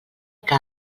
que